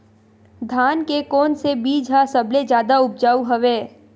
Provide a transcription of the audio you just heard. धान के कोन से बीज ह सबले जादा ऊपजाऊ हवय?